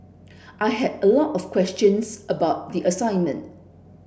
I had a lot of questions about the assignment